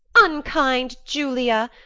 unkind julia,